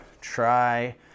try